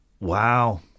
Wow